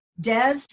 Des